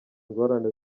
ingorane